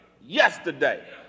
yesterday